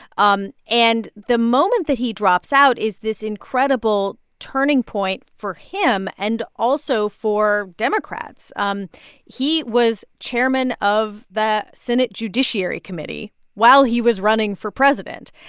um and the moment that he drops out is this incredible turning point for him and also for democrats. um he was chairman of the senate judiciary committee while he was running for president.